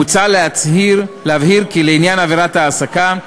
מוצע להבהיר כי לעניין עבירת ההעסקה,